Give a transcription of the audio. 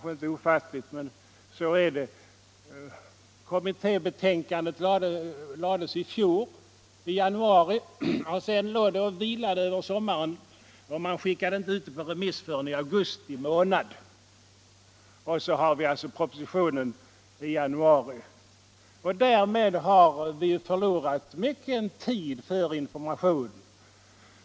Kommittébetänkandet som ligger till grund för propositionen överlämnades till regeringen i januari förra året. Sedan låg det och vilade över sommaren, skickades inte ut på remiss förrän i augusti månad, och sedan fick vi alltså propositionen i januari i år. Därmed har vi förlorat mycken tid för information.